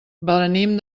venim